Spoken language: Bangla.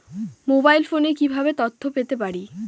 মোবাইল ফোনে কিভাবে তথ্য পেতে পারি?